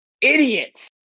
idiots